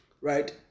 Right